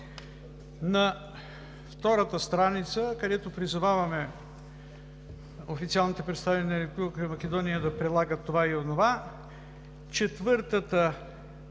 на втората страница, където призоваваме официалните представители на Република Македония да прилагат това и онова, четвъртата